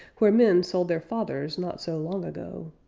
where men sold their fathers not so long ago.